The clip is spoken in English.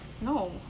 No